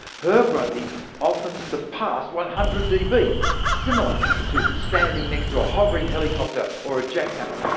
her grunting often surpassed one hundred db similar to standing next to a hovering helicopter or a jackhammer.